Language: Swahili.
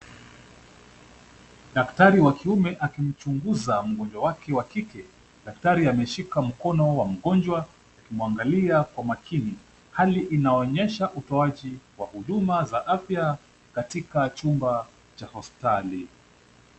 Daktari wa kiume akimchunguza mgonjwa wake wa kike, daktari ameshika mkono wa mgonjwa akimwangalia kwa makini hali inaonyesha hali ya utoaji wa huduma katika chumba cha hospitali.